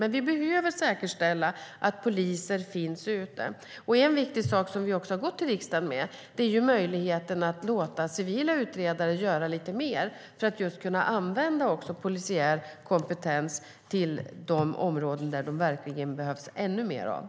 Men vi behöver säkerställa att poliser finns ute. En viktig sak, som vi också har gått till riksdagen med, är möjligheten att låta civila utredare göra lite mer för att kunna använda polisiär kompetens på de områden där det behövs ännu mer sådan.